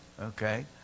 okay